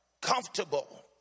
comfortable